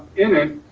in it.